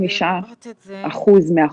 בשקופית הבאה אפשר לראות את מחלות הרקע בקרב החולים